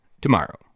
tomorrow